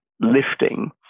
lifting